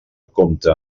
compta